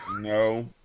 No